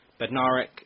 Bednarek